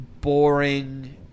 boring